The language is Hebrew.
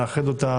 לאחד אותה,